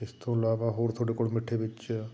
ਇਸ ਤੋਂ ਇਲਾਵਾ ਹੋਰ ਤੁਹਾਡੇ ਕੋਲ ਮਿੱਠੇ ਵਿੱਚ